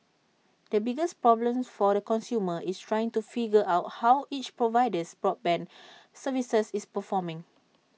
the biggest problem for A consumer is trying to figure out how each provider's broadband service is performing